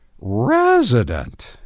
resident